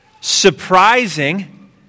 surprising